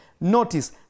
Notice